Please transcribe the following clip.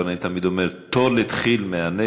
אבל אני תמיד אומר: טול את כי"ל מהנגב,